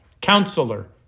counselor